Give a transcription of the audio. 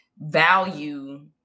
value